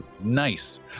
Nice